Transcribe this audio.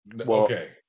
Okay